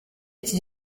iki